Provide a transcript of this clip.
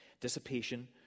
Dissipation